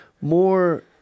more